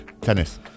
tennis